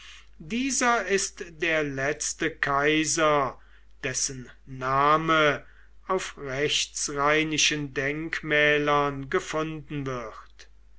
dieser ist der letzte kaiser dessen name auf rechtsrheinischen denkmälern gefunden wird